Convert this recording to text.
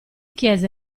chiese